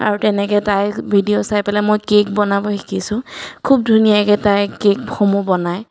আৰু তেনেকৈ তাইৰ ভিডিঅ' চাই পেলাই মই কেক বনাব শিকিছোঁ খুব ধুনীয়াকৈ তাই কেকসমূহ বনায়